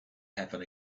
happen